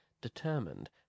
determined